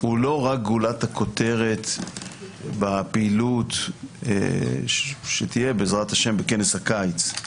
הוא לא רק גולת הכותבת בפעילות שתהיה בעז"ה בכנס הקיץ.